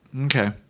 Okay